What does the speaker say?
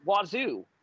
Wazoo